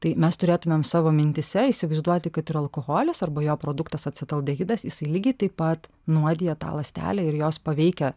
tai mes turėtumėm savo mintyse įsivaizduoti kad ir alkoholis arba jo produktas acetaldehidas jisai lygiai taip pat nuodija tą ląstelę ir jos paveikia